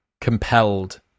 compelled